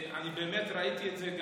באמת ראיתי את זה.